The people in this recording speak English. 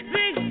big